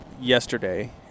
yesterday